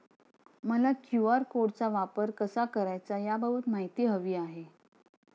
मला क्यू.आर कोडचा वापर कसा करायचा याबाबत माहिती हवी आहे